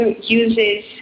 uses